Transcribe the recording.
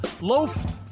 loaf